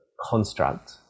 construct